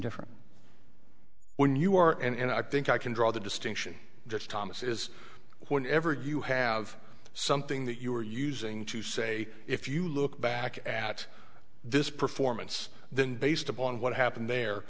different when you are and i think i can draw the distinction just thomas is whenever you have something that you are using to say if you look back at this performance then based upon what